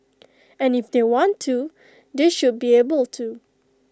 and if they want to they should be able to